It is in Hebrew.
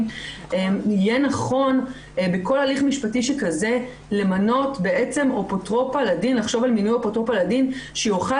יהיה נכון בכל הליך משפטי שכזה למנות אפוטרופוס לדין שיוכל